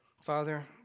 Father